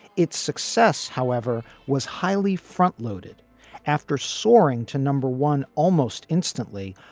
its success, however, was highly frontloaded after soaring to number one almost instantly.